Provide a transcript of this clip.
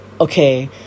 okay